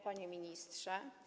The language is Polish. Panie Ministrze!